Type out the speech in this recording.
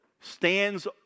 stands